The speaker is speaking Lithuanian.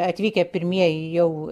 atvykę pirmieji jau